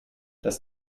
das